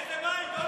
איזה בית?